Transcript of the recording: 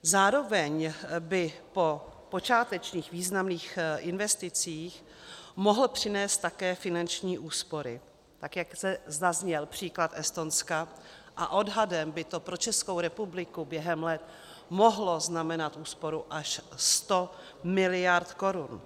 Zároveň by po počátečních významných investicích mohl přinést také finanční úspory, tak, jak zde zazněl příklad Estonska, a odhadem by to pro Českou republiku během let mohlo znamenat úsporu až 100 mld. korun.